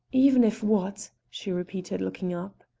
even if what? she repeated, looking up.